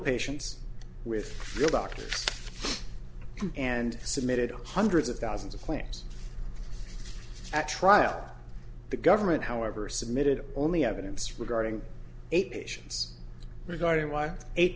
patients with real doctors and submitted hundreds of thousands of claims at trial the government however submitted only evidence regarding eight patients regarding what eight